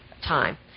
time